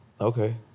Okay